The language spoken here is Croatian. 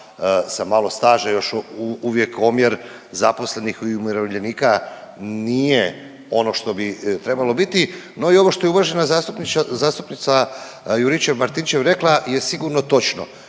sa malo staža. Još je uvijek omjer zaposlenih i umirovljenika nije ono što bi trebalo biti. No i ovo što je uvažena zastupnica Juričev-Martinčev rekla je sigurno točno.